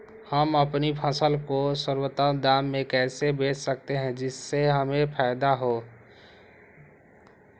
हम अपनी फसल को सर्वोत्तम दाम में कैसे बेच सकते हैं जिससे हमें फायदा हो?